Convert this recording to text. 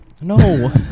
No